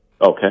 Okay